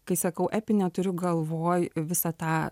kai sakau epinė turiu galvoj visą tą